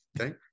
okay